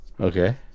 okay